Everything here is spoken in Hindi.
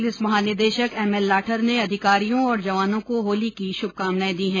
पुलिस महानिदेशक एम एल लाठर ने अधिकारियों और जवानों को होली की श्भकामनाएं दी है